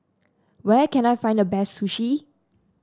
where can I find the best Sushi